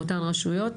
לאותן רשויות.